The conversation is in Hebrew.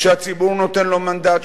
שהציבור נותן לו מנדט,